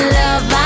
love